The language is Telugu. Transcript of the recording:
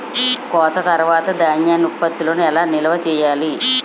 కోత తర్వాత ధాన్యం ఉత్పత్తులను ఎలా నిల్వ చేయాలి?